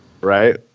Right